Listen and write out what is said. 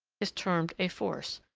is termed a force,